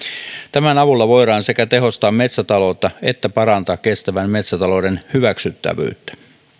tämän avulla voidaan sekä tehostaa metsätaloutta että parantaa kestävän metsätalouden hyväksyttävyyttä